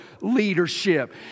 leadership